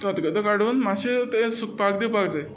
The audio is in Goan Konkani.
खतखतो काडून मातशें तें सुकपाक दिवपाक जाय